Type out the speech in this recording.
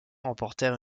remportèrent